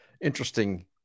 interesting